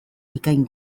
bikain